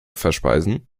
verspeisen